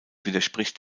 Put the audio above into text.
widerspricht